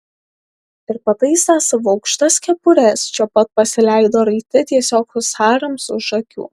ir pataisę savo aukštas kepures čia pat pasileido raiti tiesiog husarams už akių